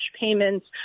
payments